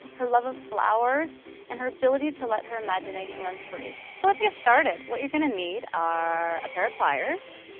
her love of flowers and her ability to let her imagination run free so let's get started. so what you are going to need are a pair of pliers,